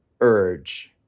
urge